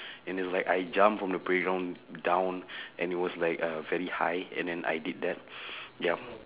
and is like I jump from the playground down and it was like uh very high and then I did that yup